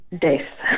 death